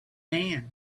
man